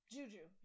Juju